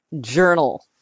journal